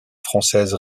française